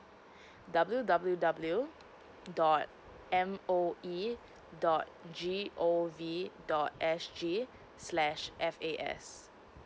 W W W dot M O E dot G O V dot S G slash F_A_S